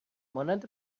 مانند